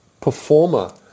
performer